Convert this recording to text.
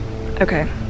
Okay